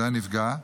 הנפגע,